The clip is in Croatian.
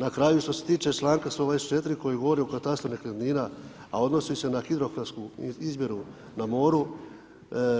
Na kraju što se tiče članka 124. koji govori o katastru nekretnina a odnosi se na hidrografsku izmjeru na moru